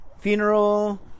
funeral